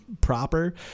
proper